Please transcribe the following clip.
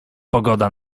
pogoda